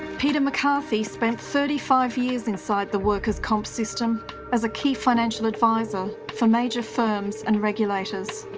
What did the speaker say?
peter mccarthy spent thirty five years inside the workers comp system as a key financial adviser for major firms and regulators.